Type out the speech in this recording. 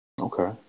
Okay